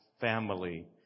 family